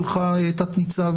תת-ניצב